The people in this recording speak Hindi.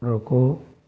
रुको